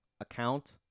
Account